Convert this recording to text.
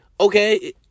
Okay